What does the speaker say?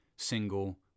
single